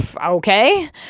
Okay